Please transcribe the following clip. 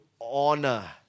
honor